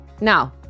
Now